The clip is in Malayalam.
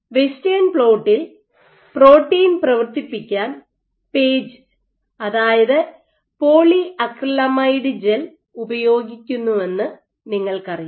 വെസ്റ്റേൺ പ്ലോട്ടിൽ പ്രോട്ടീൻ പ്രവർത്തിപ്പിക്കാൻ പേജ് അതായത് പോളിഅക്രിലമൈഡ് ജെൽ ഉപയോഗിക്കുന്നുവെന്ന് നിങ്ങൾക്കറിയാം